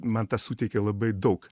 man tas suteikė labai daug